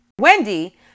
Wendy